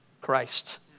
Christ